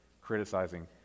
criticizing